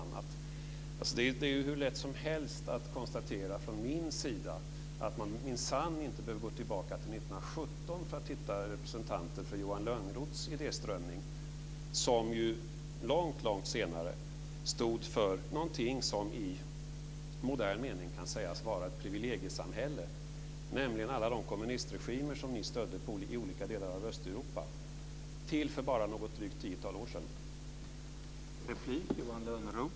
Det är hur lätt som helst att från min sida konstatera att man minsann inte behöver gå tillbaka till 1917 för att hitta representanter för Johan Lönnroths idéströmning, som ju långt senare stod för någonting som i modern mening var ett privilegiesamhälle, nämligen alla de kommunistregimer ni till för bara något drygt tiotal år sedan stödde i olika delar av Östeuropa.